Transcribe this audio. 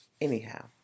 anyhow